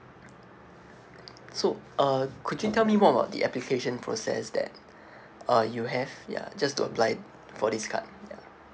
so uh could you tell me more about the application process that uh you have ya just to apply for this card ya